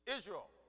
Israel